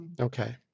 Okay